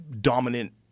dominant